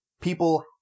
people